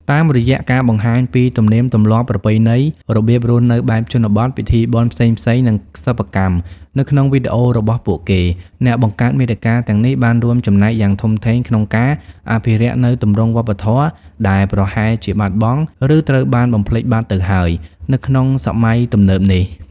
តាមរយៈការបង្ហាញពី ទំនៀមទម្លាប់ ប្រពៃណី របៀបរស់នៅបែបជនបទ ពិធីបុណ្យផ្សេងៗ និងសិប្បកម្ម នៅក្នុងវីដេអូរបស់ពួកគេ អ្នកបង្កើតមាតិកាទាំងនេះបានរួមចំណែកយ៉ាងធំធេងក្នុងការ អភិរក្សនូវទម្រង់វប្បធម៌ដែលប្រហែលជាបាត់បង់ ឬត្រូវបានបំភ្លេចបាត់ទៅហើយនៅក្នុងសម័យទំនើបនេះ។